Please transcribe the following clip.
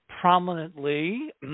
prominently